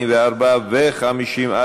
44 ו-50א